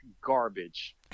garbage